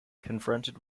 confronted